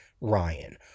Ryan